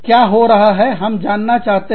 क्या हो रहा है हम जानना चाहते हैं